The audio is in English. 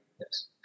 Yes